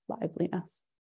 liveliness